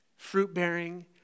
Fruit-bearing